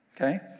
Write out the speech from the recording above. okay